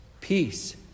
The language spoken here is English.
peace